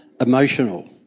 emotional